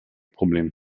problem